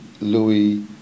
Louis